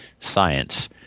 science